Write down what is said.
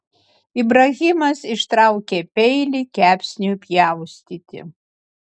ibrahimas ištraukė peilį kepsniui pjaustyti